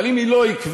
אבל אם היא לא עקבית,